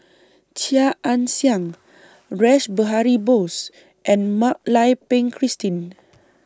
Chia Ann Siang Rash Behari Bose and Mak Lai Peng Christine